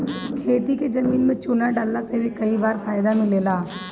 खेती के जमीन में चूना डालला से भी कई बार फायदा मिलेला